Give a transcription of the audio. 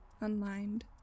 unlined